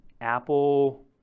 apple